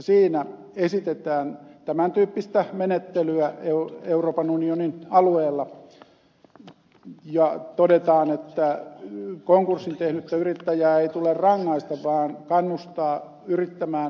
siinä esitetään tämän tyyppistä menettelyä euroopan unionin alueella ja todetaan että konkurssin tehnyttä yrittäjää ei tule rangaista vaan kannustaa yrittämään uudestaan